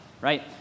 right